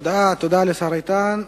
תודה לשר איתן.